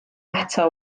eto